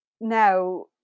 Now